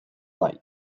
bai